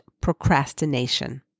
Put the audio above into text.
procrastination